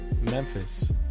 Memphis